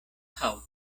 haŭto